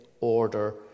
order